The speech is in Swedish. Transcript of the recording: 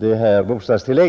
dessa bostadstillägg.